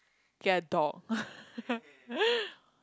get a dog